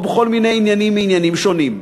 או בכל מיני עניינים מעניינים שונים.